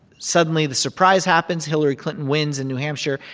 suddenly, the surprise happens, hillary clinton wins in new hampshire,